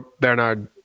Bernard